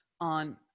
on